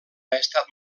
estat